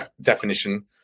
definition